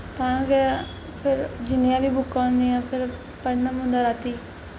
तां गै फिर जिन्नियां बी बुक्कां होंदियां फिर पढ़ना पौंदा रातीं